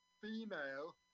female